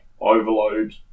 overload